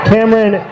Cameron